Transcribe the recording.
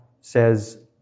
says